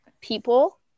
people